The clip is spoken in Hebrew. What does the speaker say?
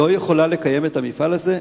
לא יכולה לקיים את המפעל הזה?